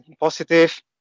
positive